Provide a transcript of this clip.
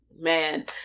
man